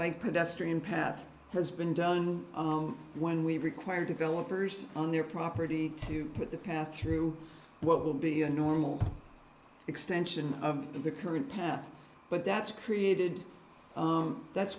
by pedestrian path has been done when we require developers on their property to put the path through what will be a normal extension of the current path but that's created that's